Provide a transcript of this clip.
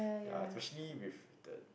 ya especially with that